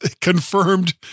confirmed